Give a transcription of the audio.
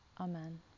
Amen